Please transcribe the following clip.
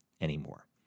anymore